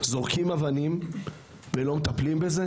זורקים אבנים ולא מטפלים בזה?